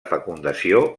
fecundació